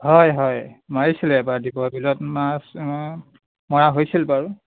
হয় হয় মাৰিছিলোঁ এইবাৰ দীপৰ বিলত মাছ অঁ মৰা হৈছিল বাৰু